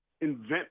invent